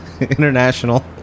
International